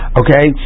okay